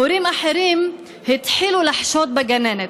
הורים אחרים התחילו לחשוד בגננת,